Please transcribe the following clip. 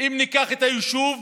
אם ניקח את היישוב